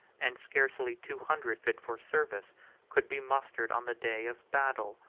and scarcely two hundred fit for service could be mustered on the day of battle.